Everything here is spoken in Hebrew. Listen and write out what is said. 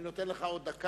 אני נותן לך עוד דקה.